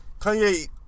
Kanye